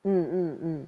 mm mm mm